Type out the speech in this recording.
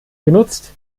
genutzt